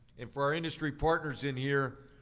and for our industry partners in here,